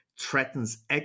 threatens